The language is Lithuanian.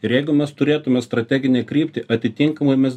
ir jeigu mes turėtume strateginę kryptį atitinkamomis